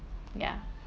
ya